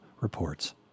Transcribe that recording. reports